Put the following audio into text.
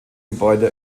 gebäude